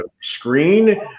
screen